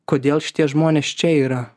kodėl šitie žmonės čia yra